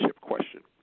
question